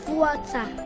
water